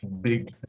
big